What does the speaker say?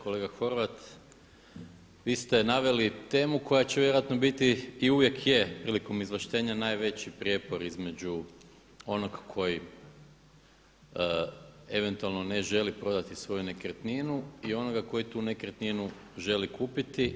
Kolega Horvat vi ste naveli temu koja će vjerojatno biti i uvijek je prilikom izvlaštenja najveći prijepor između onog koji eventualno ne želi prodati svoju nekretninu i onoga koji tu nekretninu želi kupiti.